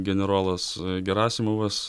generolas gerasimovas